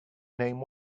name